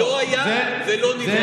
לא היה ולא נברא.